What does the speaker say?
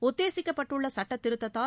உத்தேசிக்கப்பட்டுள்ள சுட்டத்திருத்தத்தால்